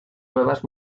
nuevas